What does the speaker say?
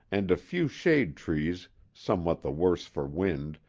and a few shade trees, somewhat the worse for wind,